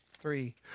Three